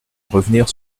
revenir